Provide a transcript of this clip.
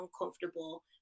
uncomfortable